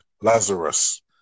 Lazarus